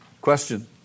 Question